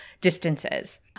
distances